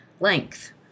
length